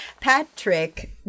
Patrick